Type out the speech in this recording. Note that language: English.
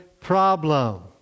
problem